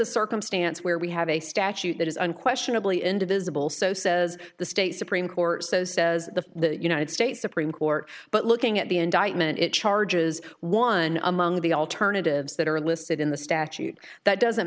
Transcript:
a circumstance where we have a statute that is unquestionably indivisible so says the state supreme court so says the united states supreme court but looking at the indictment it charges one among the alternatives that are listed in the statute that doesn't